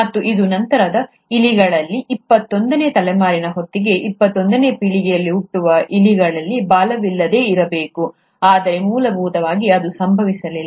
ಮತ್ತು ಇದು ನಂತರ ಇಲಿಗಳಲ್ಲಿ ಇಪ್ಪತ್ತೊಂದನೇ ತಲೆಮಾರಿನ ಹೊತ್ತಿಗೆ ಇಪ್ಪತ್ತೊಂದನೇ ಪೀಳಿಗೆಯಲ್ಲಿ ಹುಟ್ಟುವ ಇಲಿಗಳು ಬಾಲವಿಲ್ಲದೆ ಇರಬೇಕು ಆದರೆ ಮೂಲಭೂತವಾಗಿ ಅದು ಸಂಭವಿಸಲಿಲ್ಲ